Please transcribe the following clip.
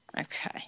Okay